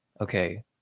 okay